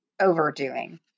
overdoing